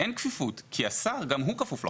אין כפיפות, כי השר גם הוא כפוף לחוק.